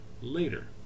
later